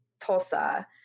Tulsa